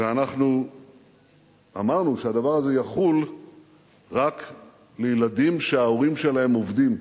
ואנחנו אמרנו שהדבר הזה יחול רק על ילדים שההורים שלהם עובדים.